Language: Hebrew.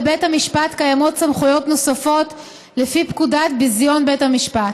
לבית המשפט קיימות סמכויות נוספות לפי פקודת בזיון בית המשפט.